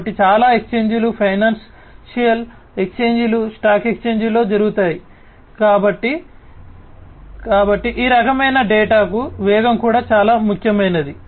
కాబట్టి చాలా ఎక్స్ఛేంజీలు ఫైనాన్షియల్ ఎక్స్ఛేంజీలు స్టాక్ ఎక్స్ఛేంజీలలో జరుగుతాయి కాబట్టి ఈ రకమైన డేటాకు వేగం కూడా చాలా ముఖ్యమైనది